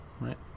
right